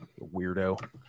weirdo